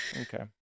okay